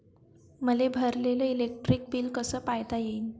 मले भरलेल electric bill कस पायता येईन?